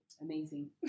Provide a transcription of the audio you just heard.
Amazing